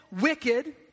wicked